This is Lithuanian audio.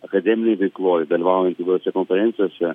akademinėj veikloj dalyvaujant įvairiose konferencijose